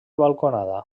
balconada